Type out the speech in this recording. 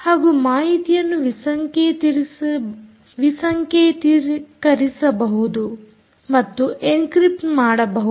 ಹಾಗೂ ಮಾಹಿತಿಯನ್ನು ವಿಸಂಕೇತಿಕರಿಸಬಹುದು ಮತ್ತು ಆನ್ ಎನ್ಕ್ರಿಪ್ಟ್ ಮಾಡಬಹುದು